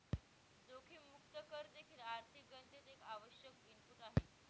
जोखीम मुक्त दर देखील आर्थिक गणनेत एक आवश्यक इनपुट आहे